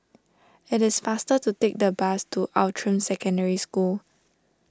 it is faster to take the bus to Outram Secondary School